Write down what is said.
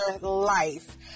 life